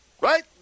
Right